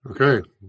Okay